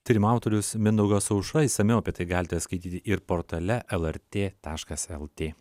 tyrimo autorius mindaugas aušra išsamiau apie tai galite skaityti ir portale lrt taškas lt